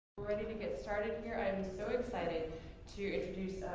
we're ready to get started here. i'm so excited to introduce, ah,